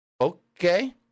okay